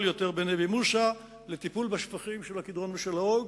יותר בנבי-מוסא לטיפול בשפכים של הקדרון ושל האוג,